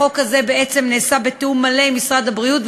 החוק הזה בעצם נעשה בתיאום עם משרד הבריאות,